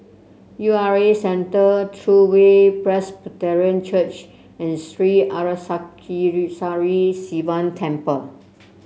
U R A Centre True Way Presbyterian Church and Sri Arasakesari Sivan Temple